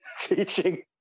teaching